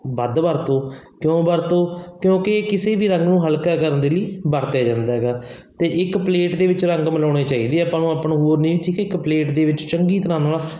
ਵੱਧ ਵਰਤੋ ਕਿਉਂ ਵਰਤੋ ਕਿਉਂਕਿ ਕਿਸੇ ਵੀ ਰੰਗ ਨੂੰ ਹਲਕਾ ਕਰਨ ਦੇ ਲਈ ਵਰਤਿਆ ਜਾਂਦਾ ਹੈਗਾ ਅਤੇ ਇੱਕ ਪਲੇਟ ਦੇ ਵਿੱਚ ਰੰਗ ਮਿਲਾਉਣੇ ਚਾਹੀਦੇ ਆ ਆਪਾਂ ਨੂੰ ਆਪਾਂ ਨੂੰ ਹੋਰ ਨਹੀਂ ਠੀਕ ਐ ਇੱਕ ਪਲੇਟ ਦੇ ਵਿੱਚ ਚੰਗੀ ਤਰ੍ਹਾਂ ਨਾਲ